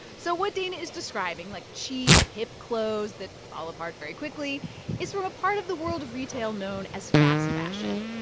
so what dana is describing like, cheap, hip clothes that fall apart very quickly it's from a part of the world retail known as fast-fashion.